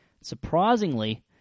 Surprisingly